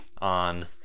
on